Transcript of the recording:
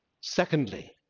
Secondly